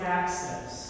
access